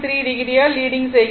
3o ஆல் leading செய்கிறது